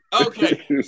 Okay